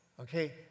Okay